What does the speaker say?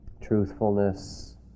truthfulness